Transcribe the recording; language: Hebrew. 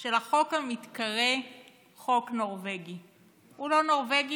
של החוק המתקרא "חוק נורבגי"; הוא לא נורבגי,